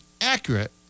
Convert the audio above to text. accurate